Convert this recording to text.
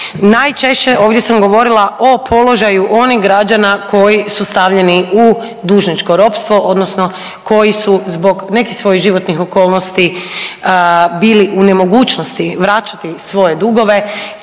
Najčešće ovdje sam govorila o položaju onih građana koji su stavljeni u dužničko ropstvo odnosno koji su zbog nekih svojih životnih okolnosti bili u nemogućnosti vraćati svoje dugove,